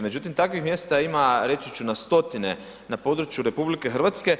Međutim, takvih mjesta ima reći ću na stotine na području RH.